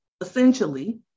essentially